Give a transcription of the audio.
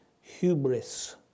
hubris